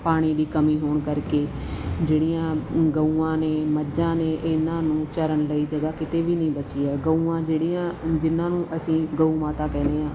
ਪਾਣੀ ਦੀ ਕਮੀ ਹੋਣ ਕਰਕੇ ਜਿਹੜੀਆਂ ਗਊਆਂ ਨੇ ਮੱਝਾਂ ਨੇ ਇਹਨਾਂ ਨੂੰ ਚਰਨ ਲਈ ਜਗ੍ਹਾ ਕਿਤੇ ਵੀ ਨਹੀਂ ਬਚੀ ਹੈ ਗਊਆਂ ਜਿਹੜੀਆਂ ਜਿਹਨਾਂ ਨੂੰ ਅਸੀਂ ਗਊ ਮਾਤਾ ਕਹਿੰਦੇ ਹਾਂ